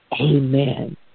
Amen